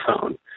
phone